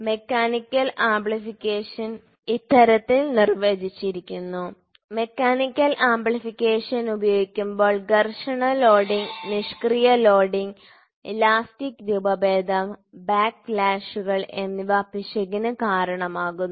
mechanical amplification ഇത്തരത്തിൽ നിർവചിച്ചിരിക്കുന്നു mechanical amplification ഉപയോഗിക്കുമ്പോൾ ഘർഷണ ലോഡിംഗ് നിഷ്ക്രിയ ലോഡിംഗ് ഇലാസ്റ്റിക് രൂപഭേദം ബാക്ക്ലാഷുകൾ എന്നിവ പിശകിന് കാരണമാകുന്നു